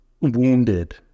wounded